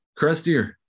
crustier